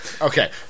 Okay